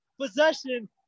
possession